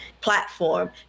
platform